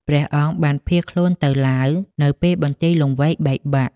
ព្រះអង្គបានភៀសខ្លួនទៅឡាវនៅពេលបន្ទាយលង្វែកបែកបាក់។